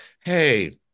hey